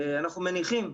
אנחנו מניחים,